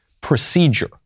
procedure